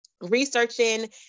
researching